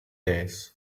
days